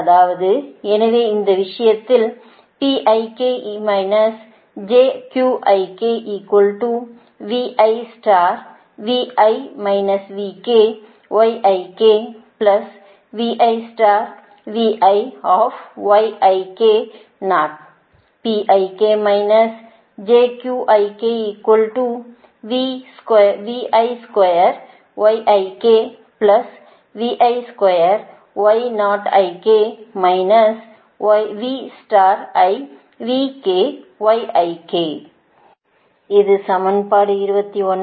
அதாவது எனவே அந்த விஷயத்தில் இது சமன்பாடு 29